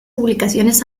publicaciones